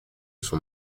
son